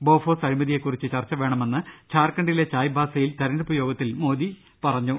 Bofors അഴിമതിയെ കുറിച്ച് ചർച്ച വേണമെന്ന് ഝാർഖ ണ്ഡിലെ ചായ്ബാസയിൽ തെരഞ്ഞെടുപ്പ് യോഗത്തിൽ മോദി ആവ ശ്യപ്പെട്ടു